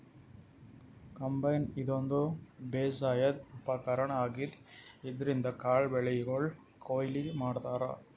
combine ಇದೊಂದ್ ಬೇಸಾಯದ್ ಉಪಕರ್ಣ್ ಆಗಿದ್ದ್ ಇದ್ರಿನ್ದ್ ಕಾಳ್ ಬೆಳಿಗೊಳ್ ಕೊಯ್ಲಿ ಮಾಡ್ತಾರಾ